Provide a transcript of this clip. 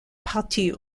partie